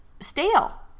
stale